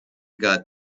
got